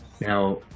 Now